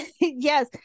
yes